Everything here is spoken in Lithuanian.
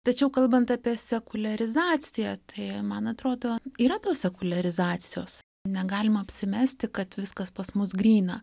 tačiau kalbant apie sekuliarizaciją tai man atrodo yra tos sekuliarizacijos negalima apsimesti kad viskas pas mus gryna